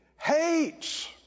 hates